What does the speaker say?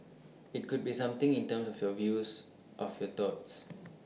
IT could be something in terms of your views of your thoughts